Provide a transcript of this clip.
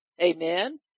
Amen